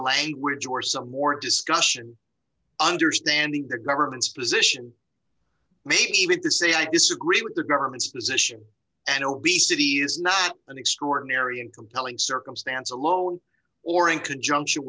language or some more discussion understanding the government's position maybe even to say i disagree with the government's position and obesity is not an extraordinary and compelling circumstance alone or in conjunction